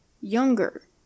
younger